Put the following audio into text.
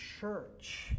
church